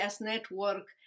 network